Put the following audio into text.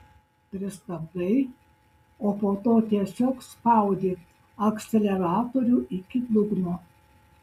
pristabdai o po to tiesiog spaudi akceleratorių iki dugno